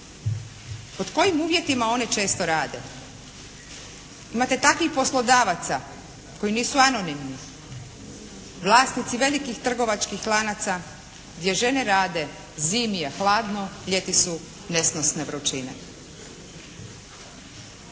Pod kojim uvjetima one često rade? Imate takvih poslodavaca koji nisu anonimni, vlasnici velikih trgovačkih lanaca gdje žene rade, zimi je hladno ljeti su nesnosne vrućine.